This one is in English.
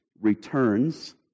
returns